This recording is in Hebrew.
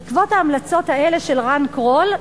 בעקבות ההמלצות האלה של רן קרול,